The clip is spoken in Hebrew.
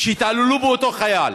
שהתעללו באותו חייל.